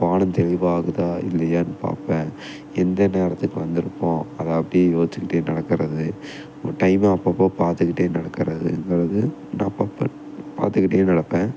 வானம் தெளிவாகுதா இல்லையான்னு பார்ப்பேன் எந்த நேரத்துக்கு வந்திருக்கோம் அதை அப்படியே யோசிச்சுக்கிட்டே நடக்கிறது அப்புறம் டைமை அப்பப்போ பார்த்துக்கிட்டே நடக்கிறதுங்குறது நான் அப்பப்போ பார்த்துக்கிட்டே நடப்பேன்